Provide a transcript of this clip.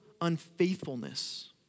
unfaithfulness